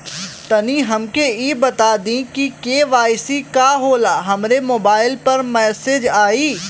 तनि हमके इ बता दीं की के.वाइ.सी का होला हमरे मोबाइल पर मैसेज आई?